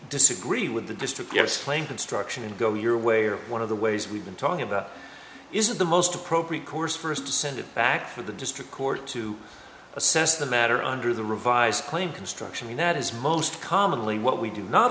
disagree with the district yes claim construction and go your way or one of the ways we've been talking about is the most appropriate course first to send it back to the district court to assess the matter under the revised claim construction that is most commonly what we do not